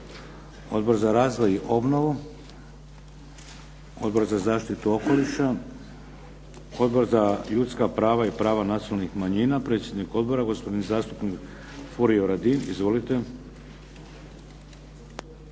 Odbor za razvoj i obnovu? Odbor za zaštitu okoliša? Odbor za ljudska prava i prava nacionalnih manjina, predsjednik odbora gospodin zastupnik Furio Radin. Izvolite.